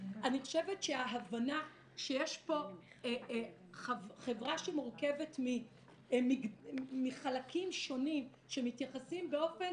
אני חושבת שההבנה שיש פה חברה שמורכבת שמחלקים שונים שמתייחסים באופן